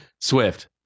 Swift